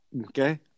Okay